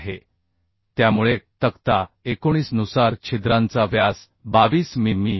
दिला आहे त्यामुळे तक्ता 19 नुसार छिद्रांचा व्यास 22 मि